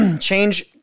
change